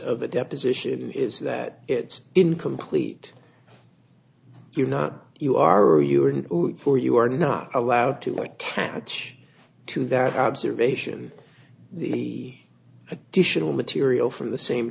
the deposition is that it's incomplete you're not you are are you are for you are not allowed to attach to that observation the additional material from the same